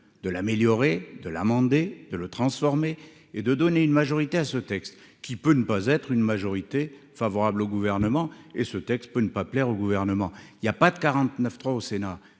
de l'améliorer, de l'amender, de le transformer et de donner une majorité à ce texte qui peut ne pas être une majorité favorable au gouvernement et ce texte peut ne pas plaire au gouvernement il y a pas de 49 3 au Sénat,